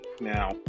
Now